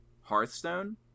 Hearthstone